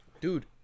dude